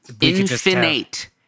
infinite